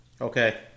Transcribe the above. Okay